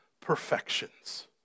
perfections